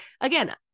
again